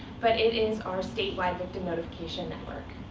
but it is our statewide victim notification network.